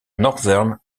northern